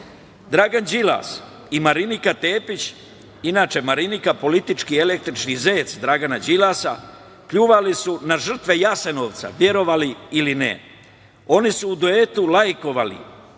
izbore. Dragan Đilas i Marinika Tepić, inače Marinika politički električni zec Dragana Đilasa, pljuvali su na žrtve Jasenovca, verovali ili ne. Oni su u duetu lajkovali